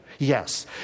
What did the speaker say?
Yes